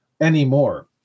anymore